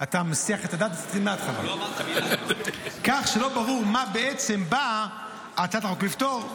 כך שלא ברור מה בעצם באה הצעת החוק לפתור.